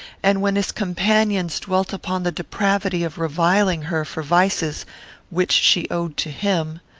and when his companions dwelt upon the depravity of reviling her for vices which she owed to him,